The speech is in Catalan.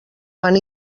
van